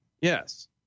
Yes